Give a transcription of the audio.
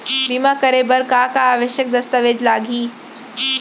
बीमा करे बर का का आवश्यक दस्तावेज लागही